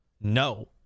No